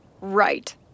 right